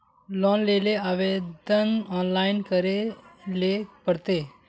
Loan लेले आवेदन online करे ले पड़ते?